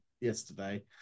yesterday